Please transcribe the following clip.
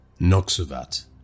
Noxovat